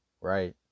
Right